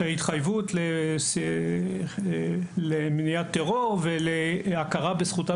של ההתחייבות למניעת טרור ולהכרה בזכותה